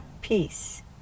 peace